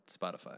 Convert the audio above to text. Spotify